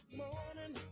morning